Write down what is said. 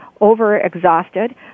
over-exhausted